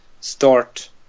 start